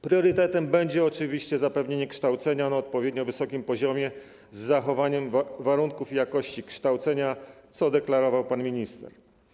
Priorytetem będzie oczywiście zapewnienie kształcenia na odpowiednio wysokim poziomie z zachowaniem warunków i jakości kształcenia, co deklarował pan minister.